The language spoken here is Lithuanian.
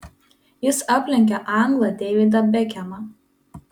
jis aplenkė anglą deividą bekhemą